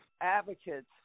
advocates